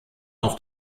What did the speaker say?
auf